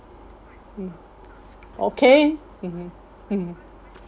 mm okay mmhmm mmhmm